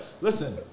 Listen